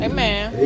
Amen